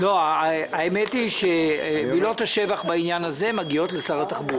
האמת היא שמילות השבח בעניין הזה מגיעות לשר התחבורה.